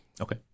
Okay